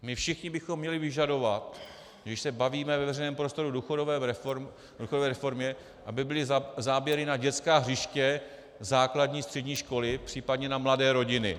My všichni bychom měli vyžadovat, když se bavíme ve veřejném prostoru o důchodové reformě, aby byly záběry na dětská hřiště, základní a střední školy, případně na mladé rodiny.